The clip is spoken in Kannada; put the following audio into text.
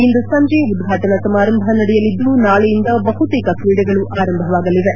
ಇಂದು ಸಂಜೆ ಉದ್ವಾಟನಾ ಸಮಾರಂಭ ನಡೆಯಲಿದ್ದು ನಾಳೆಯಿಂದ ಬಹುತೇಕ ಕ್ರೀಡೆಗಳು ಆರಂಭವಾಗಲಿವೆ